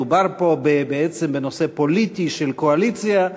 מדובר פה בעצם בנושא פוליטי של קואליציה.